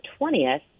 20th